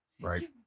Right